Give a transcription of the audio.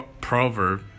proverb